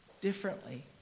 differently